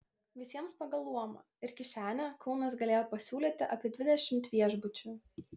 visiems pagal luomą ir kišenę kaunas galėjo pasiūlyti apie dvidešimt viešbučių